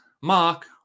Mark